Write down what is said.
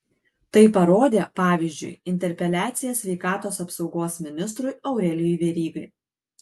tai parodė pavyzdžiui interpeliacija sveikatos apsaugos ministrui aurelijui verygai